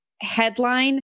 headline